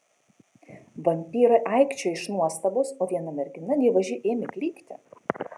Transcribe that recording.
vampyrai aikčiojo iš nuostabos o viena mergina dievaži ėmė klykti